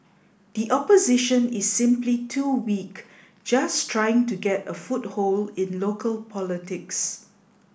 the opposition is simply too weak just trying to get a foothold in local politics